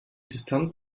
distanz